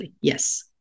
Yes